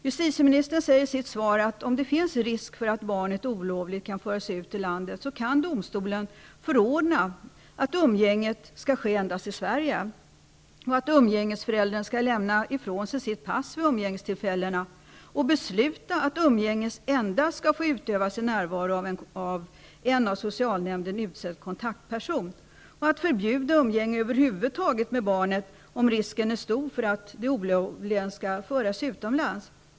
Justitieministern säger i sitt svar, att om det finns risk för att barnet olovligt kan föras ut ur landet, kan domstolen förordna att umgänget endast skall ske i Sverige och att umgängesföräldern skall lämna ifrån sig sitt pass vid umgängestillfällena. Domstolen kan besluta att umgänge endast skall få utövas i närvaro av en av socialnämnden utsedd kontaktperson och förbjuda umgänge med barnet över huvud taget om risken är stor för att det olovligen skall föras utomlands.